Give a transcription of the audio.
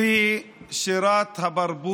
להזכירכם,